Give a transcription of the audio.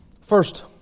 First